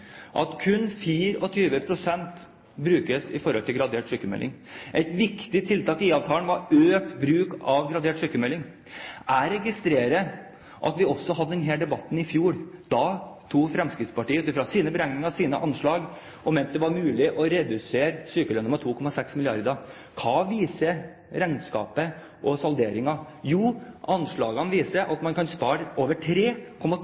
at kun 24 pst. knyttes til gradert sykmelding. Et viktig tiltak i IA-avtalen var økt bruk av gradert sykmelding. Jeg registrerer at vi også hadde denne debatten i fjor. Da mente Fremskrittspartiet ut fra sine beregninger og sine anslag at det var mulig å redusere sykelønnen med 2,6 mrd. kr. Hva viser regnskapet og salderingen? Jo, anslagene viser at man kan spare over 3,2